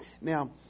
Now